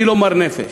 אני לא מר נפש,